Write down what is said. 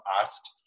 asked